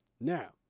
Now